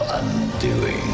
undoing